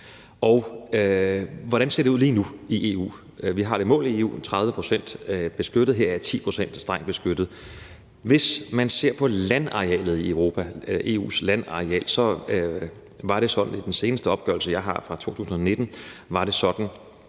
Hvordan ser det ud lige nu i EU? Vi har målet i EU om 30 pct. beskyttet, heraf 10 pct. strengt beskyttet. Hvis man ser på EU's landareal, var det sådan i den seneste opgørelse, jeg har, fra 2019, at 26